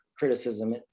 criticism